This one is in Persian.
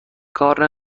کار